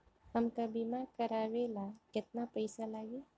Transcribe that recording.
हमका बीमा करावे ला केतना पईसा लागी?